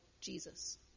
Jesus